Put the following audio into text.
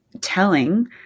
telling